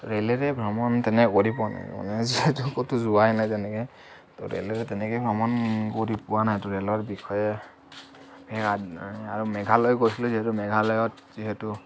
ৰেলেৰে ভ্ৰমণ তেনেকৈ কৰি পোৱা নাই মানে যিহেতু ক'তো যোৱাই নাই তেনেকে ত' ৰেলেৰে তেনেকৈ ভ্ৰমণ কৰি পোৱা নাই ত' ৰেলৰ বিষয়ে সেইয়া আৰু মেঘালয় গৈছিলোঁ যিহেতু মেঘালয়ত যিহেতু